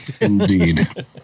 Indeed